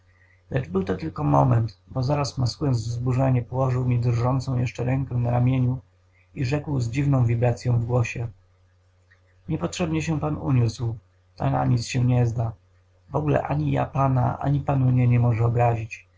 lecz był to tylko moment bo zaraz maskując wzburzenie położył mi drżącą jeszcze rękę na ramieniu i rzekł z dziwną wibracyą w głosie niepotrzebnie się pan uniósł to na nic się nie zda wogóle ani ja pana ani pan mnie nie może obrazić